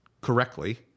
correctly